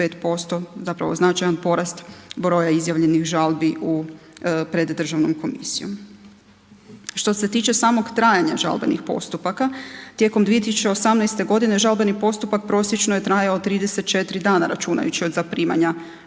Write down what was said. zapravo značajan porast broja izjavljenih žalbi pred državnom komisijom. Što se tiče samog trajanja žalbenih postupka, tijekom 2018. godine žalbeni postupak prosječno je trajao 34 dana računajući od zaprimanja